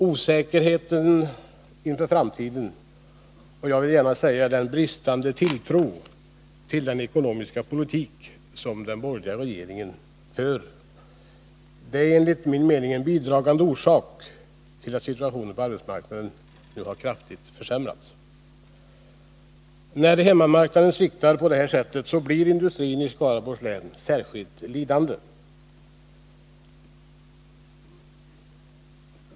Osäkerheten inför framtiden — och jag vill gärna säga den bristande tilltron till den ekonomiska politik som den borgerliga regeringen för — är enligt min mening en bidragande orsak till att situationen på arbetsmarknaden nu kraftigt har försämrats. När hemmamarknaden sviktar på det här sättet blir industrin i Skaraborgs län särskilt lidande.